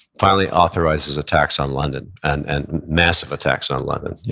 finally authorizes attacks on london and and massive attacks on london, you